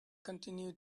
continue